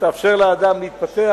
שתאפשר לאדם להתפתח,